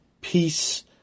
peace